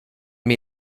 mir